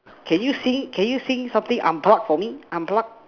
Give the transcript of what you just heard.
can you say can you say something I'm proud for me I'm proud